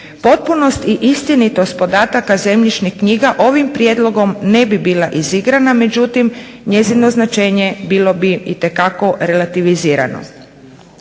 Potpunost i istinitost podataka zemljišnih knjiga ovim prijedlogom ne bi bila izigrana, međutim njezino značenje bilo bi itekako relativizirano.